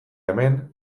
hemen